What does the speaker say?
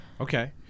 okay